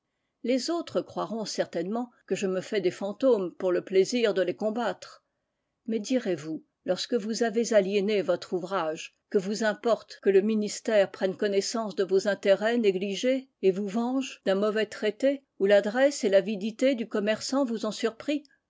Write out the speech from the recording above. les autres croiront certainement que je me fais des fantômes pour le plaisir de les combattre mais direz-vous lorsque vous avez aliéné votre ouvrage que vous importe que le ministère prenne connaissance de vos intérêts négligés et vous venge d'un mauvais traité où l'adresse et l'avidité du commerçant vous ont surpris